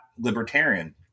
libertarian